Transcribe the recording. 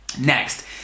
Next